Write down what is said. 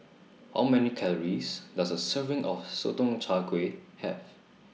How Many Calories Does A Serving of Sotong Char Kway Have